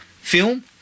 film